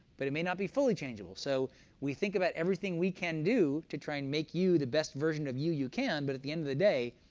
but it may not be fully changeable. so we think about everything we can do to try and make you the best version of you you can, but at the end of the day,